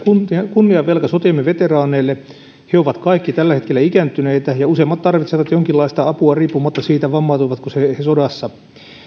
kunniavelka sotiemme veteraaneille he ovat kaikki tällä hetkellä ikääntyneitä ja useimmat tarvitsevat jonkinlaista apua riippumatta siitä vammautuivatko he sodassa